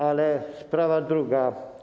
Ale sprawa druga.